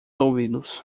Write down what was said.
ouvidos